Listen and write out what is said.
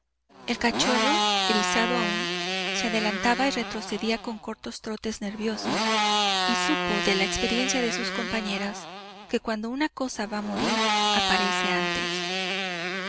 el cachorro erizado aún se adelantaba y retrocedía con cortos trotes nerviosos y supo de la experiencia de sus compañeros que cuando una cosa va a morir aparece antes